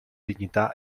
dignità